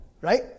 right